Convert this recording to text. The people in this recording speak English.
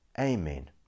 Amen